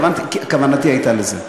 כוונתי הייתה לזה,